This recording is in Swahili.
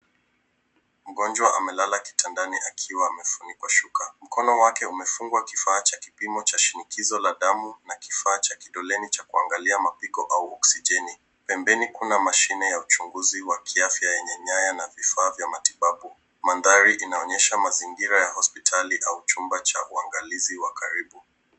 Mgonjwa amelala kitandani akiwa amefunikwa shuka. Mkono wake umefungwa kifaa cha kipimo cha shinikizo la damu na kifaa cha kidoleni cha kuangalia mapigo au oksijeni. Pembeni kuna mashine ya uchunguzi wa kiafya yenye nyaya na vifaa vya matibabu. Mandhari inaonyesha mazingira ya hospitali ua chumba cha uangalizi wa karibu.